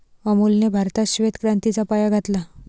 अमूलने भारतात श्वेत क्रांतीचा पाया घातला